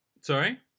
Sorry